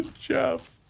Jeff